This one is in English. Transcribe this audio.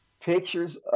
Pictures